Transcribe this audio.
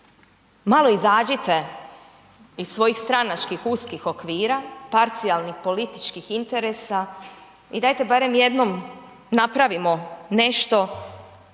malo izađite iz svojih stranačkih, uskih okvira, parcijalnih političkih interesa. I dajte barem jednom napravimo nešto